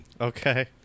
Okay